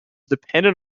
dependent